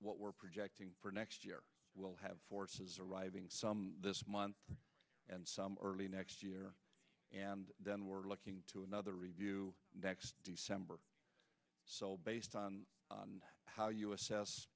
what we're projecting for next year we'll have forces arriving some this month and some early next year and then we're looking to another review next december so based on how you assess